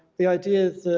the idea is